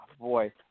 Boy